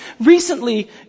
recently